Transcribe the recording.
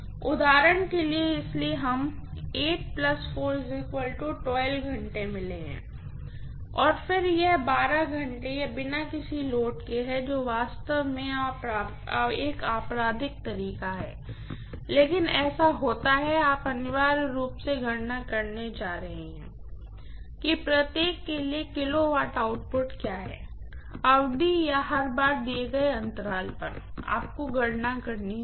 उदाहरण के लिए इसलिए हमें केवल घंटे मिले हैं और फिर घंटे यह बिना किसी लोड के है जो वास्तव में एक आपराधिक तरीका है लेकिन ऐसा होता है कि आप अनिवार्य रूप से गणना करने जा रहे हैं कि प्रत्येक के लिए किलोवाट आउटपुट क्या है अवधि या हर बार दिए गए अंतराल पर आपको गणना करनी होगी